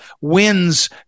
wins